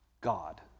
God